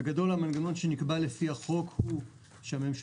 בגדול המנגנון שנקבע לפי החוק הוא שהממשלה